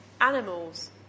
animals